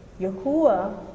Yahuwah